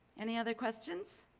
any other questions?